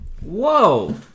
Whoa